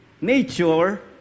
nature